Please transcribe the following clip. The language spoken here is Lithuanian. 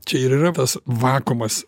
čia ir yra tas vakuumas